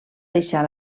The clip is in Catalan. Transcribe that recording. deixar